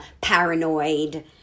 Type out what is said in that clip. paranoid